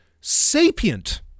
sapient